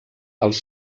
els